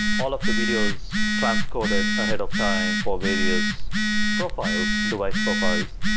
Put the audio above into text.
all of the videos transcoded ahead of time for various profiles, device profiles,